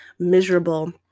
miserable